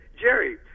Jerry